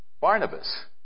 Barnabas